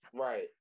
Right